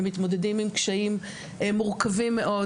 הם מתמודדים עם קשיים מורכבים מאוד,